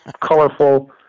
Colorful